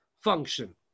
function